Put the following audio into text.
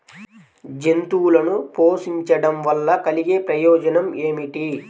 జంతువులను పోషించడం వల్ల కలిగే ప్రయోజనం ఏమిటీ?